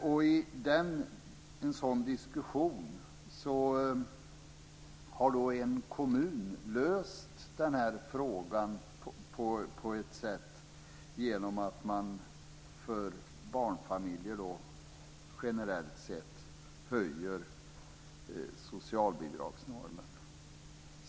En kommun har kommit fram till en lösning i frågan genom att för barnfamiljer generellt sett höja socialbidragsnormen.